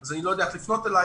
אז אני לא יודע איך לפנות אליך.